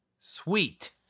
Sweet